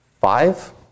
Five